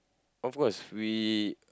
of course we